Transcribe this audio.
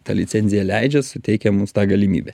ta licenzija leidžia suteikia mums tą galimybę